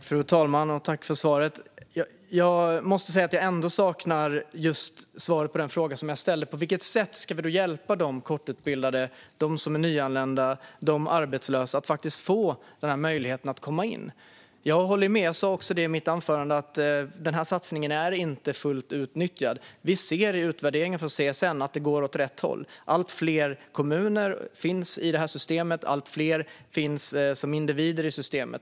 Fru talman! Jag tackar för svaret. Men jag måste säga att jag saknar svar på just den fråga som jag ställde: På vilket sätt ska vi hjälpa de kortutbildade, de nyanlända och de arbetslösa att faktiskt få denna möjlighet att komma in? Som jag sa i mitt anförande håller jag med om att denna satsning inte är fullt utnyttjad. Men vi ser i utvärderingar från CSN att det går åt rätt håll. Allt fler kommuner finns i detta system, och allt fler individer finns i detta system.